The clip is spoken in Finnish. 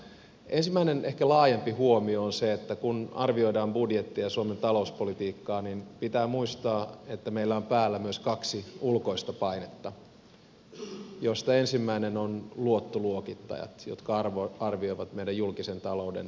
ensimmäinen ehkä laajempi huomio on se että kun arvioidaan budjettia ja suomen talouspolitiikkaa niin pitää muistaa että meillä on päällä myös kaksi ulkoista painetta joista ensimmäinen on luottoluokittajat jotka arvioivat meidän julkisen talouden tilaa